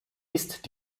ist